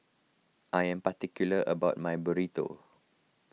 I am particular about my Burrito